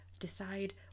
Decide